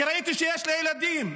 כי ראיתי שיש לה ילדים.